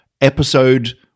episode